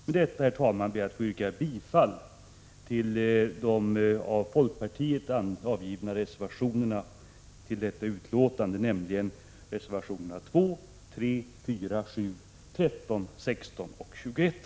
Med detta ber jag att få yrka bifall till de av folkpartiet avgivna reservationerna till detta betänkande, nämligen reservationerna 2, 354,7, 13,16 öch 21;